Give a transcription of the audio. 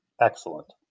Excellent